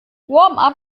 warm